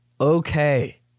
Okay